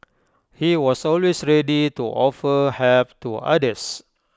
he was always ready to offer help to others